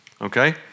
okay